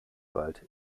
bald